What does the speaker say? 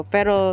Pero